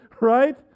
right